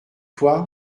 toi